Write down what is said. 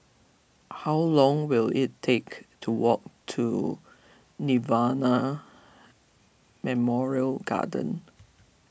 how long will it take to walk to Nirvana Memorial Garden